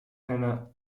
anna